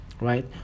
right